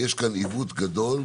יש פה עיוות גדול,